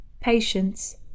patience